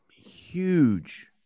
huge